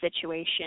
situation